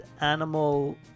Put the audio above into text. animal